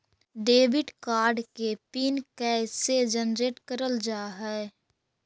Debit card के PIN कैसे generate करल जाहै?